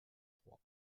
trois